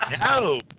No